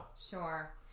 Sure